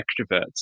extroverts